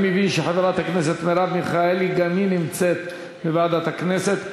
אני מבין שחברת הכנסת מרב מיכאלי גם היא נמצאת בוועדת הכנסת.